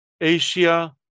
Asia